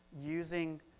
using